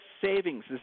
savings